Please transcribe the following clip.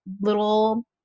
little